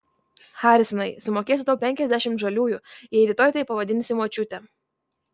harisonai sumokėsiu tau penkiasdešimt žaliųjų jei rytoj taip pavadinsi močiutę